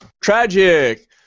Tragic